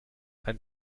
ein